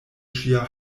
ŝia